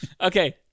Okay